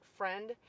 friend